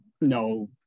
no